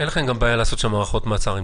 אין לכם בעיה לעשות דיוני הארכות מעצר, אם